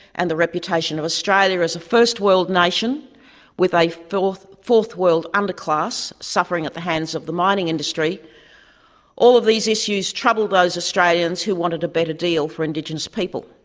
and the reputation of australia as a first world nation with a fourth fourth world underclass suffering at the hands of mining industry all of these issues troubled those australians who wanted a better deal for indigenous people.